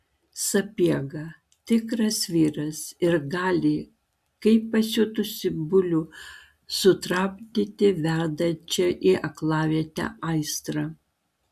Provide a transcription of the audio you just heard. sapiega tikras vyras ir gali kaip pasiutusį bulių sutramdyti vedančią į aklavietę aistrą